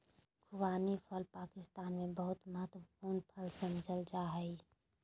खुबानी फल पाकिस्तान में बहुत महत्वपूर्ण फल समझल जा हइ